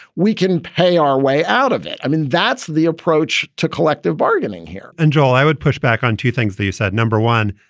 we can pay our way out of it. i mean, that's the approach to collective bargaining here and joel, i would push back on two things that you said. number one,